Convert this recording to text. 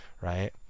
right